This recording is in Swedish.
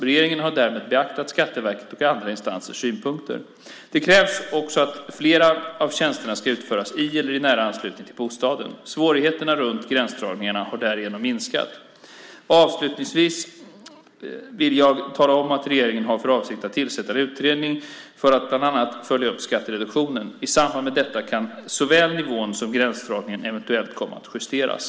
Regeringen har därmed beaktat Skatteverkets och andra instansers synpunkter. Det krävs också att flera av tjänsterna ska utföras i eller i nära anslutning till bostaden. Svårigheterna runt gränsdragningen har därigenom minskat. Avslutningsvis vill jag tala om att regeringen har för avsikt att tillsätta en utredning för att bland annat följa upp skattereduktionen. I samband med detta kan såväl nivån som gränsdragningen eventuellt komma att justeras.